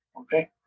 Okay